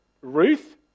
Ruth